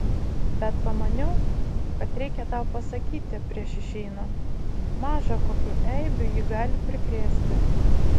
bet pamaniau kad reikia tau pasakyti prieš išeinant maža kokių eibių ji gali prikrėsti